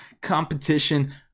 competition